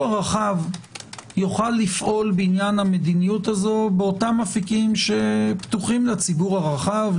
הרחב יוכל לפעול בעניין המדיניות הזו באותם אפיקים שפתוחים לציבור הרחב,